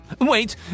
Wait